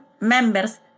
members